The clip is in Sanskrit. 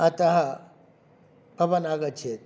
अतः भवान् आगच्छेत्